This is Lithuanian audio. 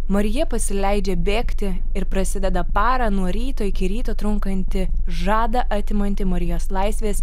marija pasileidžia bėgti ir prasideda parą nuo ryto iki ryto trunkanti žadą atimanti marijos laisvės